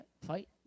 Fight